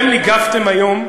הממשלה יותר חשובה מהמדינה.